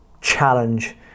challenge